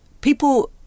people